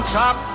top